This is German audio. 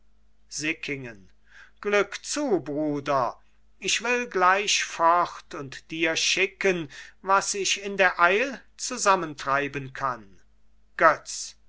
sickingen glück zu bruder ich will gleich fort und dir schicken was ich in der eil zusammentreiben kann götz